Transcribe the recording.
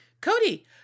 Cody